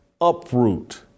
uproot